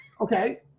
Okay